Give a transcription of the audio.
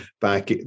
back